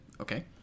okay